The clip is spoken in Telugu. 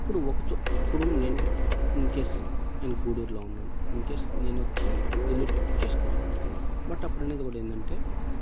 ఇప్పుడు ఒకచు ఇప్పుడు నేను ఇన్కేస్ నేను గూడూర్లో ఉన్నాను ఇన్కేస్ నేను వచ్చి నెల్లూరుకి బుక్ చేసుకోవాలి బట్ అప్పుడు అనేది కూడా ఏందంటే